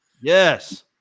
yes